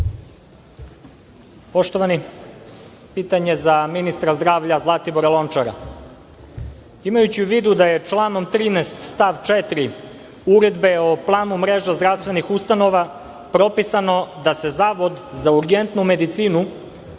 Poštovani, pitanje za ministra zdravlja, Zlatibora Lončara. Imajući u vidu da je članom 13. stav 4. uredbe o planom mreža zdravstvenih ustanova propisano da se Zavod za urgentnu medicinu